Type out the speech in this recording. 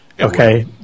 okay